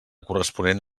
corresponent